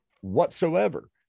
whatsoever